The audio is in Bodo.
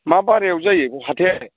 मा बारायाव जायो बेयाव हाथाया